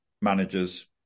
managers